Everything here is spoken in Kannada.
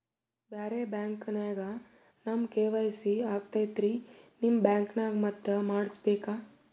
ಬ್ಯಾರೆ ಬ್ಯಾಂಕ ನ್ಯಾಗ ನಮ್ ಕೆ.ವೈ.ಸಿ ಆಗೈತ್ರಿ ನಿಮ್ ಬ್ಯಾಂಕನಾಗ ಮತ್ತ ಮಾಡಸ್ ಬೇಕ?